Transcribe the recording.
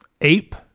Ape